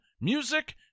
music